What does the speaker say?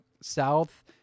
south